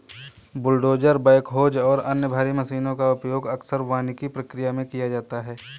bulldozer backhoes और अन्य भारी मशीनों का उपयोग अक्सर वानिकी प्रक्रिया में किया जाता है